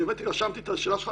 באמת רשמתי את השאלה שלך.